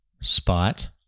Spot